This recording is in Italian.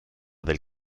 del